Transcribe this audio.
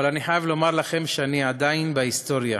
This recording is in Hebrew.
אבל אני חייב לומר לכם שאני עדיין בהיסטריה.